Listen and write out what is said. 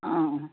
অঁ